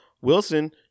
wilson